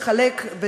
שהעומס יתחלק ביניהם,